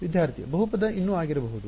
ವಿದ್ಯಾರ್ಥಿ ಬಹುಪದ ಇನ್ನೂ ಆಗಿರಬಹುದು